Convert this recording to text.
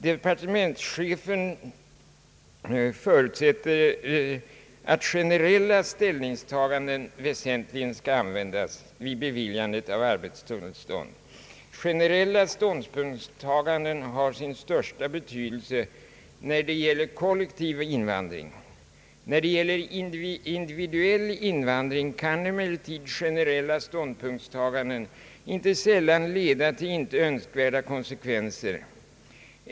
Departementschefen förutsätter att generella ställningstaganden väsentligen skall användas vid beviljandet av arbetstillstånd. Generella ställningstaganden har dock sin största betydelse vid kollektiv invandring. Då det gäller individuell invandring kan generella ståndpunktstaganden inte sällan leda till icke önskvärda konsekvenser.